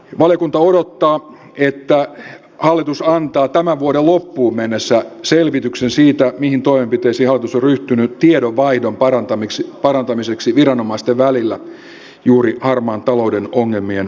valiokunta odottaa että hallitus antaa tämän vuoden loppuun mennessä selvityksen siitä mihin toimenpiteisiin hallitus on ryhtynyt tiedonvaihdon parantamiseksi viranomaisten välillä juuri harmaan talouden ongelmien poistamiseksi